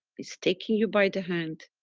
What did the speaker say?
it's taking you by the hand,